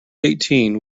eighteen